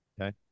Okay